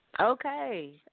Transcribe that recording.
Okay